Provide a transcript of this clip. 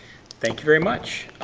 thank you very much.